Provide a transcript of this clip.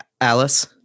alice